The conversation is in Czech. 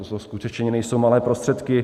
To skutečně nejsou malé prostředky.